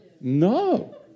no